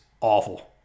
awful